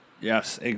Yes